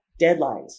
deadlines